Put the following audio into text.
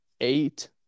eight